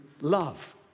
love